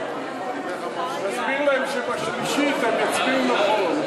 תסביר להם, שבשלישית הם יצביעו נכון.